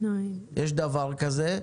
יש דבר כזה,